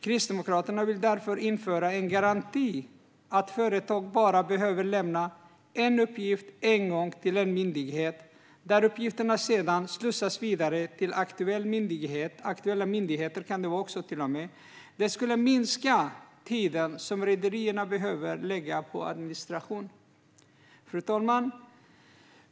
Kristdemokraterna vill därför införa en garanti att företag bara behöver lämna en uppgift en gång till myndigheterna, där uppgifterna sedan slussas vidare till aktuella myndigheter. Detta skulle minska den tid som rederierna behöver lägga på administration. Fru talman!